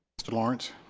mr. lawrence?